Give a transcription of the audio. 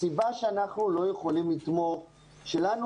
הסיבה שאנחנו לא יכולים לתמוך היא שלנו